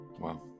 Wow